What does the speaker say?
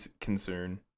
concern